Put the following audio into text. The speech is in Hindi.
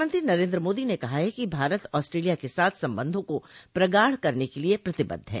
प्रधानमंत्री नरेन्द्र मोदी ने कहा है कि भारत ऑस्टलिया के साथ संबंधों को प्रगाढ करने के लिए प्रतिबद्ध है